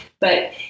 But-